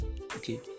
Okay